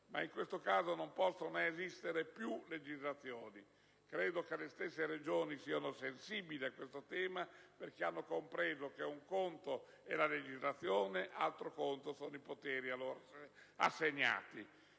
ma in questo caso non possono esistere più legislazioni. Credo che le stesse Regioni siano sensibili al tema, perché hanno compreso che un conto è la legislazione, altro conto sono i poteri loro assegnati.